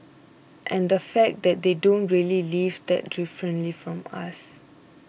and the fact that they don't really live that differently from us